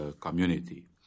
community